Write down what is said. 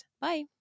bye